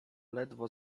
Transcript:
ledwo